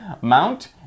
Mount